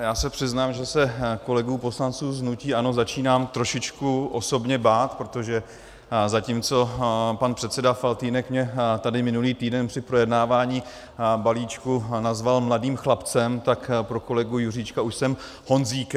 Já se přiznám, že se kolegů poslanců z hnutí ANO začínám trošičku osobně bát, protože zatímco pan předseda Faltýnek mě tady minulý týden při projednávání balíčku nazval mladým chlapcem, tak pro kolegu Juříčka už jsem Honzíkem.